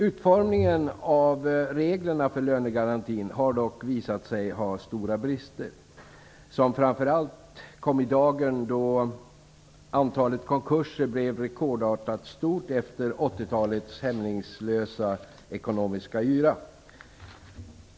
Utformningen av reglerna för lönegarantin har dock visat sig ha stora brister, som framför allt kom i dagen då antalet konkurser blev rekordartat stort efter 1980-talets hämningslösa ekonomiska yra.